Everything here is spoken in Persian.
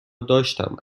داشتم